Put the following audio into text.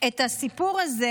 הסיפור הזה,